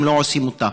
הם לא עושים אותה.